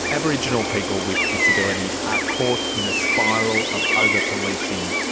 aboriginal people with disabilities are caught in a spiral of over-policing,